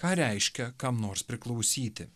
ką reiškia kam nors priklausyti